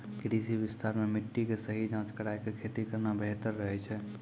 कृषि विस्तार मॅ मिट्टी के सही जांच कराय क खेती करना बेहतर रहै छै